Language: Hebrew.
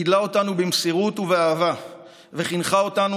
גידלה אותנו במסירות ובאהבה וחינכה אותנו